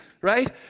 right